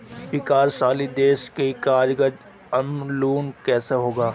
विकासशील देशों का कर्ज उन्मूलन कैसे होगा?